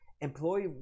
Employee